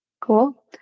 Cool